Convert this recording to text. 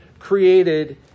created